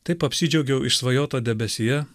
taip apsidžiaugiau išsvajoto debesyje